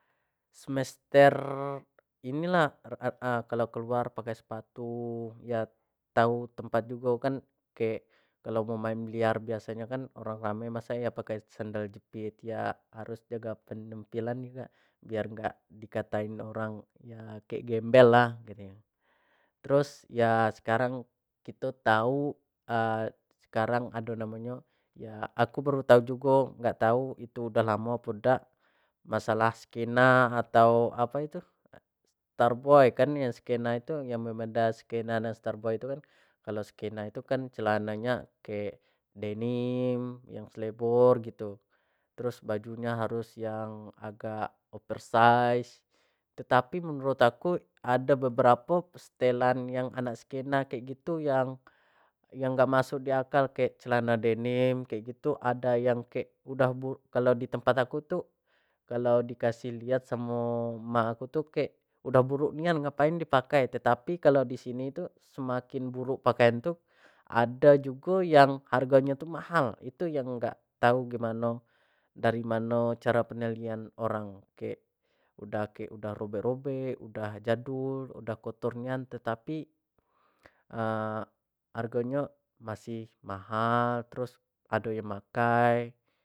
Semester ini lah kalau keluar pake sepatu ya tau tempat jugo kan kek kalau mau main billiard biaso nyo kan, orang rame masa iyo pake sandal jepit, iya harus jaga penampilan juga biar gak di kata in orang ya kek gembel lah gitu, terus ya sekarang kito tau sekarang ado namo nyo ya aku baru tau jugo gak tau itu dah lamo apo dak masalah skena atau apo itu star boy kan skena itu yang membeda skena dengan star boy tu kan. yang mebedakan skena dengan tar boy tu kan celana nya kek denim yang slebor gitu terus baju nya harus yang agak oversize, tetapi menurut aku ada beberapo stelan yang anak skena kek gitu yang dak amsuk di akla kayak celana denim gitu ada yang udah kalau di tempata aku tu kalau kasih lihat samo mak aku tu kek udah buruk nian ngapain di pakai, tetapi kalau disini tu makin buruk pakaian tu ada jugo yang hargo nyo tu mahal, itu yang gak tau gimano dari mano caro penilaian orang kek udah kek udah robek-robek udah jadul udah kotor niantetapi hargo nyo masih mahal terus ado yang makai.